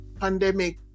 pandemic